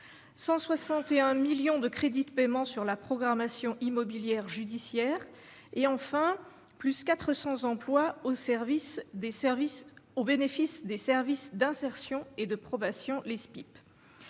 161 millions de crédits de paiement sur la programmation immobilière judiciaire et enfin, plus 400 emplois au service des services au bénéfice des services d'insertion et de probation, les CPIP,